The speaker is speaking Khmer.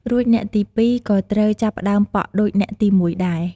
រួចអ្នកទី ២ ក៏ត្រូវចាប់ផ្តើមប៉ក់ដូចអ្នកទី ១ ដែរ។